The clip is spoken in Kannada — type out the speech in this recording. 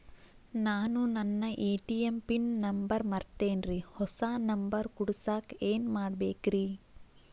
ನಾನು ನನ್ನ ಎ.ಟಿ.ಎಂ ಪಿನ್ ನಂಬರ್ ಮರ್ತೇನ್ರಿ, ಹೊಸಾ ನಂಬರ್ ಕುಡಸಾಕ್ ಏನ್ ಮಾಡ್ಬೇಕ್ರಿ?